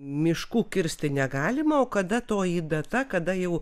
miškų kirsti negalima o kada toji data kada jau